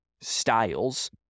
styles